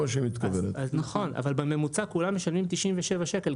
אבל בממוצע כולם משלמים 97 שקל,